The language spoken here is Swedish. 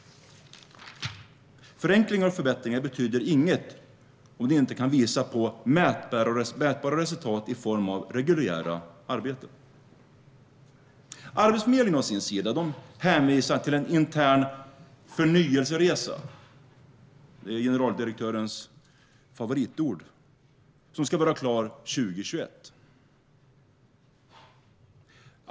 Förenklingar och förbättringar betyder inget om de inte kan visa på mätbara resultat i form av reguljära arbeten. Arbetsförmedlingen å sin sida hänvisar till en intern förnyelseresa - det är generaldirektörens favoritord - som ska vara klar 2021.